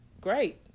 great